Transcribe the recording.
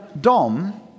Dom